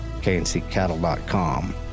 KNCCattle.com